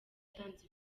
yatanze